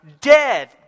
dead